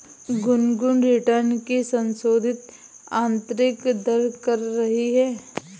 Gungun return की संशोधित आंतरिक दर कर रही है